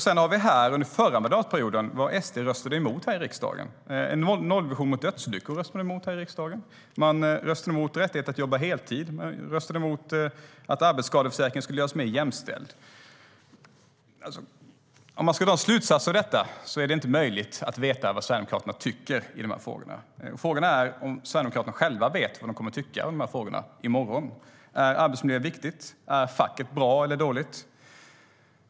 Sedan har vi vad SD röstade emot här i riksdagen under förra mandatperioden. De röstade emot en nollvision för dödsolyckor. De röstade emot rättighet att jobba heltid. De röstade emot att arbetsskadeförsäkringen skulle göras mer jämställd. Om man ska dra en slutsats av detta är det inte möjligt att veta vad Sverigedemokraterna tycker i frågorna. Frågan är om sverigedemokraterna själva vet vad de kommer att tycka i dessa frågor i morgon. Är arbetsmiljö viktigt? Är facket bra eller dåligt?